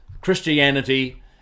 Christianity